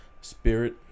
Spirit